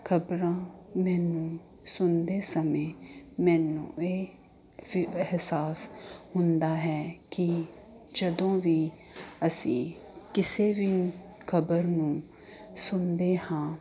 ਖ਼ਬਰਾਂ ਮੈਨੂੰ ਸੁਣਦੇ ਸਮੇਂ ਮੈਨੂੰ ਇਹ ਫਿ ਅਹਿਸਾਸ ਹੁੰਦਾ ਹੈ ਕਿ ਜਦੋਂ ਵੀ ਅਸੀਂ ਕਿਸੇ ਵੀ ਖ਼ਬਰ ਨੂੰ ਸੁਣਦੇ ਹਾਂ